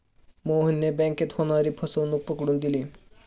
मोहनने बँकेत होणारी फसवणूक पकडून दिली